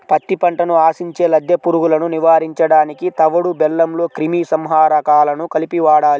పత్తి పంటను ఆశించే లద్దె పురుగులను నివారించడానికి తవుడు బెల్లంలో క్రిమి సంహారకాలను కలిపి వాడాలి